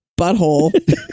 butthole